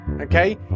okay